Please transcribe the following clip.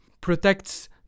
protects